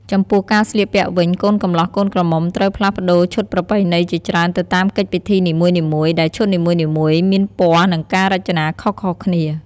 ចំពោះការស្លៀកពាក់វិញ កូនកំលោះកូនក្រមុំត្រូវផ្លាស់ប្តូរឈុតប្រពៃណីជាច្រើនទៅតាមកិច្ចពិធីនីមួយៗ ដែលឈុតនីមួយៗមានពណ៌ និងការរចនាខុសៗគ្នា។